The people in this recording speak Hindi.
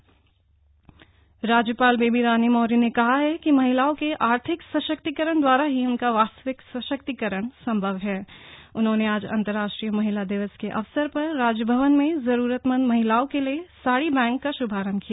साडी बैंक राज्यपाल बेबी रानी मौर्य ने कहा हैकि महिलाओं के आर्थिक सशक्तीकरण द्वारा ही उनका वास्तविक सशक्तीकरण संभव हण उन्होंने आज अंतरराष्ट्रीय महिला दिवस के अवसर पर राजभवन में जरूरतमंद महिलाओं के लिए साड़ी बैंक का श्भारम्भ किया